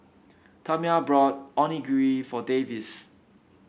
Tamya bought Onigiri for Davis